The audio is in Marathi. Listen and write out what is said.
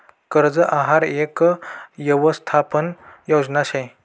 कर्ज आहार यक कर्ज यवसथापन योजना शे